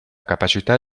capacità